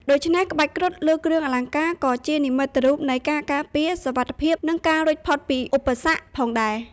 ដូច្នេះ ក្បាច់គ្រុឌលើគ្រឿងអលង្ការក៏ជានិមិត្តរូបនៃ ការការពារ សុវត្ថិភាព និង ការរួចផុតពីឧបសគ្គ ផងដែរ។